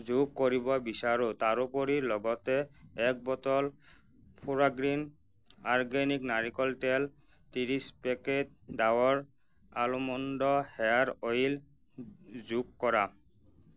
যোগ কৰিব বিচাৰোঁ তাৰোপৰি লগতে এক বটল ফোৰগ্ৰীণ অৰ্গেনিক নাৰিকলৰ তেল ত্ৰিছ packet Dabur almond hair oil যোগ কৰা